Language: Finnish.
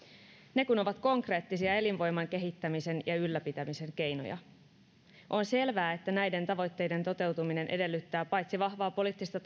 ne kun ovat konkreettisia elinvoiman kehittämisen ja ylläpitämisen keinoja on selvää että näiden tavoitteiden toteutuminen edellyttää paitsi vahvaa poliittista